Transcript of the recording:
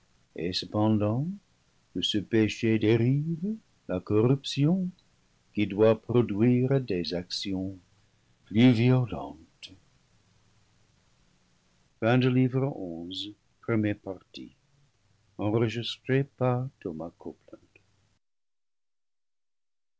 et cependant de ce péché dérive la corruption qui doit pro duire des actions plus violentes